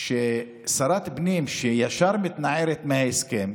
ששרת פנים שישר מתנערת מההסכם,